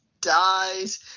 dies